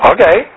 Okay